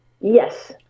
Yes